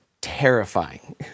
terrifying